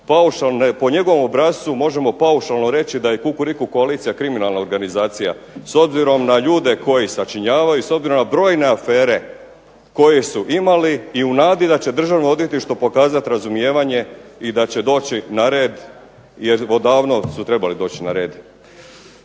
po njegovom obrascu možemo paušalno reći da je kukuriku koalicija kriminalna organizacija. S obzirom na ljude koje sačinjavaju, s obzirom na brojne afere koje su imali i u nadi da će Državno odvjetništvo pokazati razumijevanje i da će doći na red, jer odavno su trebali doći na red.